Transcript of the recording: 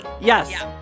Yes